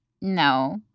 No